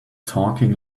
talking